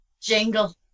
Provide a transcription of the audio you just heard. jingle